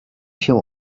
się